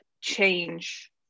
change